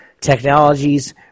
technologies